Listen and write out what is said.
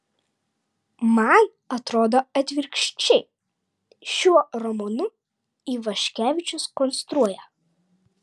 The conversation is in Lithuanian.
man atrodo atvirkščiai šiuo romanu ivaškevičius konstruoja